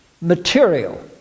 material